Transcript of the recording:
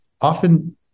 often